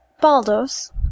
Baldos